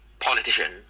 politician